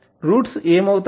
roots ఏమవుతాయి